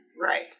Right